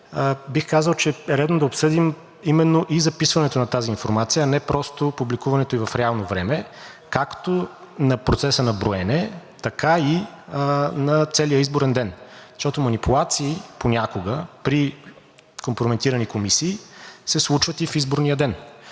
бих казал, че е редно да обсъдим и записването на тази информация, а не просто публикуването й в реално време, както на процеса на броене, така и на целия изборен ден. Защото манипулации понякога при компрометирани комисии се случват и в изборния ден.